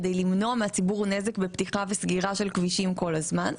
כדי למנוע מהציבור נזק בפתיחה וסגירה של כבישים כל הזמן.